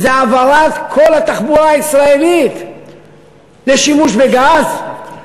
וזה העברת כל התחבורה הישראלית לשימוש בגז,